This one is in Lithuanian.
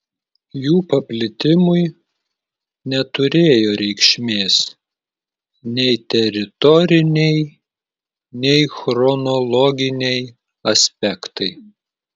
jų paplitimui neturėjo reikšmės nei teritoriniai nei chronologiniai aspektai